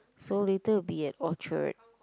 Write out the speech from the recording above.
so later we'll be at Orchard